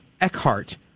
Eckhart